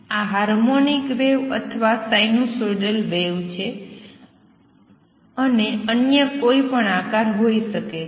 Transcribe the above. આ harmonic wave અથવા sinusoidal wave છે અને અન્ય કોઈ પણ આકાર હોઈ શકે છે